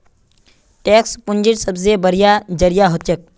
tax पूंजीर सबसे बढ़िया जरिया हछेक